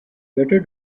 better